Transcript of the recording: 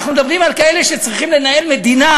אנחנו מדברים על כאלה שצריכים לנהל מדינה